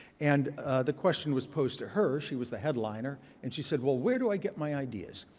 and the question was posed to her. she was the headliner. and she said, well where do i get my ideas.